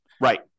Right